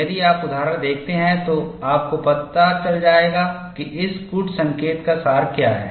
यदि आप उदाहरण देखते हैं तो आपको पता चल जाएगा कि इस कूट संकेत का सार क्या है